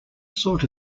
sort